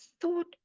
thought